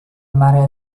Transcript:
mare